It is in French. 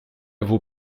vos